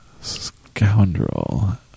Scoundrel